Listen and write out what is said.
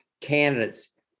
candidate's